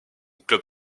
club